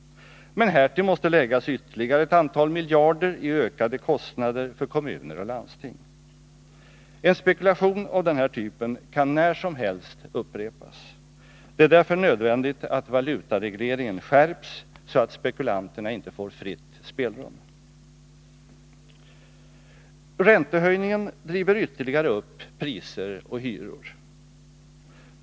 Men härtill måste läggas ytterligare ett antal miljarder i ökade kostnader för kommuner och landsting. En spekulation av den här typen kan när som helst upprepas. Det är därför nödvändigt att valutaregleringen skärps så att spekulanterna inte får fritt spelrum. Räntehöjningen driver ytterligare upp priser och hyror.